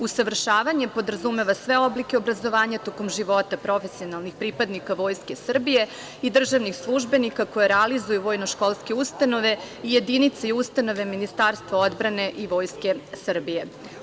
Usavršavanje podrazumeva sve oblike obrazovanja tokom života profesionalnih pripadnika Vojske Srbije i državnih službenika koje realizuju vojno školske ustanove i jedinice i ustanove Ministarstva odbrane i Vojske Srbije.